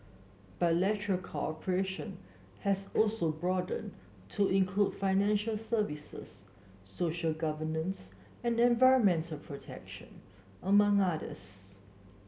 bilateral cooperation has also broadened to include financial services social governance and environmental protection among others